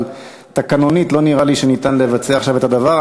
אבל תקנונית לא נראה לי שאפשר לבצע עכשיו את הדבר.